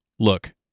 Look